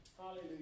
Hallelujah